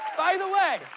by the way,